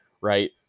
right